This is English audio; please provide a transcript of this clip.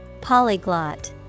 Polyglot